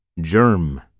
germ